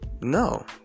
no